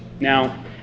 Now